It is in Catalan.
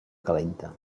calenta